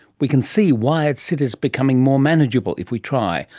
we can see wired cities becoming more manageable if we try,